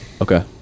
okay